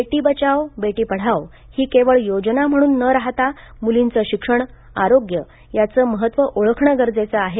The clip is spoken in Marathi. बेटी बचाओ बेटी पढाओ ही केवळ योजना म्हणून न राहता मुलींचे शिक्षण आरोग्य याचे महत्त्व ओळखणे गरजेचे आहे